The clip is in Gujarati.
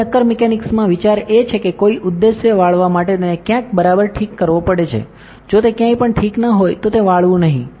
હવે નક્કર મિકેનિક્સમાં વિચાર એ છે કે કોઈ ઉદ્દેશ્ય વાળવા માટે તેને ક્યાંક બરાબર ઠીક કરવો પડે છે જો તે ક્યાંય પણ ઠીક ન હોય તો તે વાળવું નહીં